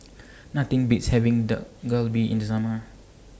Nothing Beats having Dak Galbi in The Summer